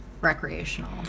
recreational